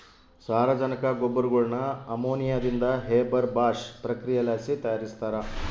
ಸಾರಜನಕ ಗೊಬ್ಬರಗುಳ್ನ ಅಮೋನಿಯಾದಿಂದ ಹೇಬರ್ ಬಾಷ್ ಪ್ರಕ್ರಿಯೆಲಾಸಿ ತಯಾರಿಸ್ತಾರ